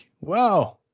wow